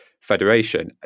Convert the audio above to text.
federation